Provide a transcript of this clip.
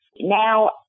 now